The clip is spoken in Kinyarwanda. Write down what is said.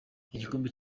igikombe